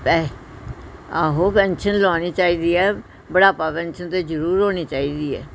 ਪੈ ਆਹੋ ਪੈਨਸ਼ਨ ਲਗਾਉਣੀ ਚਾਹੀਦੀ ਹੈ ਬੁਢਾਪਾ ਪੈਨਸ਼ਨ ਤਾਂ ਜ਼ਰੂਰ ਹੋਣੀ ਚਾਹੀਦੀ ਹੈ